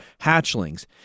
hatchlings